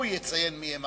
הוא יציין מי הם